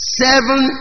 seven